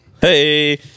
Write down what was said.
hey